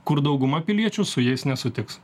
kur dauguma piliečių su jais nesutiks